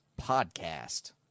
Podcast